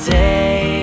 day